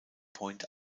point